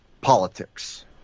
politics